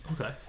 Okay